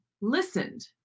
listened